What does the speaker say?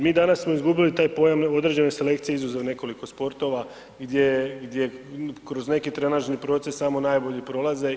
Mi danas smo izgubili taj pojam određene selekcije izuzev nekoliko sportova gdje kroz neki trenažni proces samo najbolji prolaze.